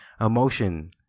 emotion